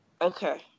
Okay